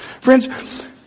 Friends